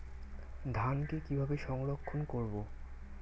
ধানকে কিভাবে সংরক্ষণ করব?